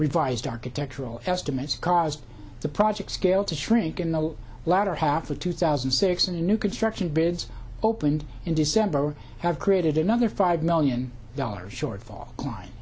revised architectural estimates caused the project scale to shrink in the latter half of two thousand and six a new construction bids opened in december have created another five million dollars shortfall klein